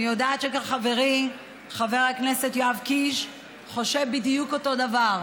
אני יודעת שגם חברי חבר הכנסת יואב קיש חושב בדיוק אותו דבר,